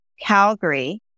Calgary